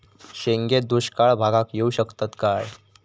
शेंगे दुष्काळ भागाक येऊ शकतत काय?